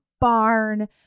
barn